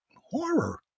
horror